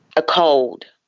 a cold,